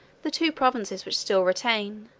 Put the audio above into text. the two provinces which still retain,